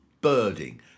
Birding